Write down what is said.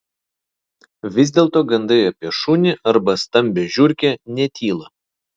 vis dėlto gandai apie šunį arba stambią žiurkę netyla